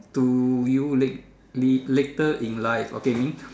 to you lately later in life okay means